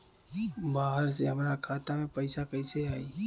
बाहर से हमरा खाता में पैसा कैसे आई?